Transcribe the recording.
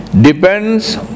depends